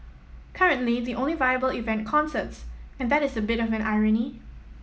currently the only viable event concerts and that is a bit of an irony